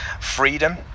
freedom